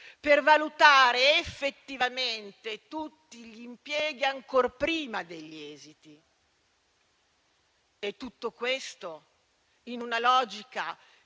per valutare effettivamente tutti gli impieghi, ancor prima degli esiti. E tutto questo in una logica